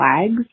flags